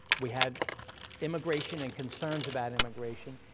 we had immigration and concerns about immigration,